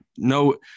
No –